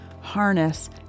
harness